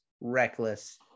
reckless